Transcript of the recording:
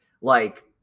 Like-